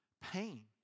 pain